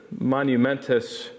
monumentous